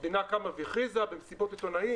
המדינה קמה והכריזה במסיבות עיתונאים